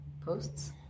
posts